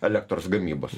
elektros gamybos